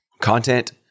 Content-